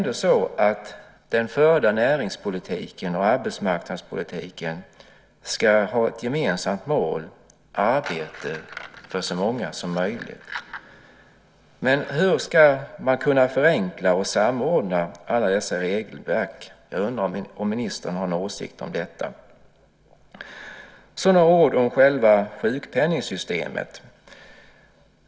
Den förda näringspolitiken och arbetsmarknadspolitiken ska väl ändå ha ett gemensamt mål: arbete för så många som möjligt. Hur ska man kunna förenkla och samordna alla dessa regelverk? Jag undrar om ministern har någon åsikt om detta. Jag ska säga några ord om själva sjukpenningssystemet.